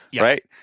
Right